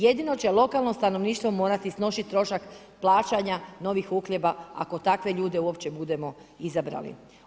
Jedino će lokalno stanovništvo morati snositi trošak plaćanja novih uhljeba ako takve ljude uopće budemo izabrali.